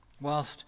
Whilst